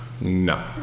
no